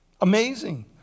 Amazing